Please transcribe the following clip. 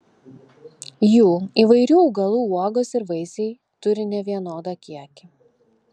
jų įvairių augalų uogos ir vaisiai turi nevienodą kiekį